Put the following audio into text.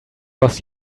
was